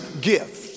gift